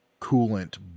coolant